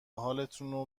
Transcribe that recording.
حالتونو